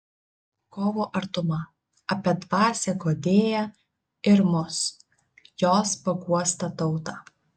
kovo artuma apie dvasią guodėją ir mus jos paguostą tautą